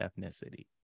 ethnicity